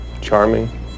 Charming